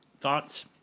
Thoughts